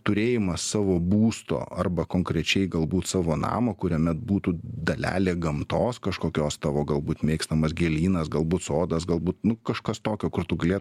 turėjimas savo būsto arba konkrečiai galbūt savo namo kuriame būtų dalelė gamtos kažkokios tavo galbūt mėgstamas gėlynas galbūt sodas galbūt nu kažkas tokio kur tu galė